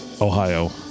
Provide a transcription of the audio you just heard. Ohio